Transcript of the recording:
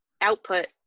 output